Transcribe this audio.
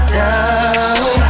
down